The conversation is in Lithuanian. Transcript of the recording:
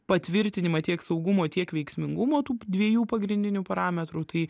patvirtinimą tiek saugumo tiek veiksmingumo tų dviejų pagrindinių parametrų tai